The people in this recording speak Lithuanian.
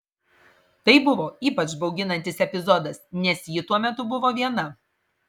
tai buvo ypač bauginantis epizodas nes ji tuo metu buvo viena